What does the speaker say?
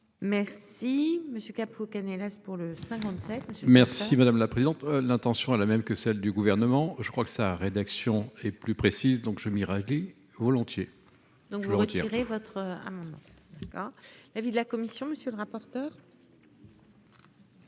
Merci monsieur Capo Canellas pour le 57. Merci madame la présidente. L'intention est la même que celle du gouvernement, je crois que sa rédaction et plus précise. Donc je m'Irakli volontiers. Donc vous retirer votre amendement. L'avis de la commission. Monsieur le rapporteur.